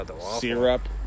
syrup